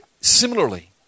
similarly